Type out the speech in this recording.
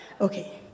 Okay